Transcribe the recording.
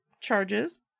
charges